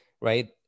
right